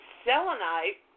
selenite